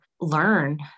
learn